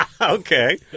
Okay